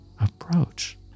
approach